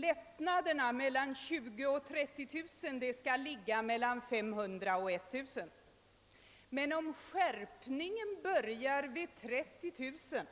Lättnaderna för inkomsttagare mellan 20000 och 30000 kronor skall ligga mellan 300 och 1000 kronor. Men om skärpningen börjar vid 30000